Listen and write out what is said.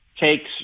takes